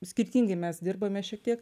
skirtingi mes dirbame šiek tiek